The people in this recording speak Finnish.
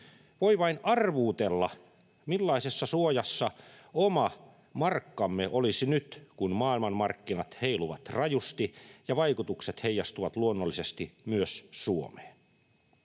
Voi vain arvuutella, millaisessa suojassa oma markkamme olisi nyt, kun maailmanmarkkinat heiluvat rajusti ja vaikutukset heijastuvat luonnollisesti myös Suomeen.